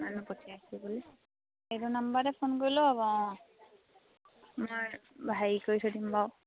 মানুহ পঠিয়াইছোঁ বুলি এইটো নাম্বাৰতে ফোন কৰিলেও হ'ব অঁ মই হেৰি কৰি থৈ দিম বাৰু